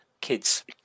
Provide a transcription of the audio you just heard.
kids